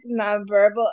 nonverbal